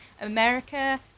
America